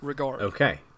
Okay